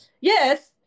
Yes